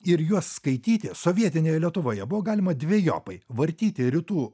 ir juos skaityti sovietinėje lietuvoje buvo galima dvejopai vartyti rytų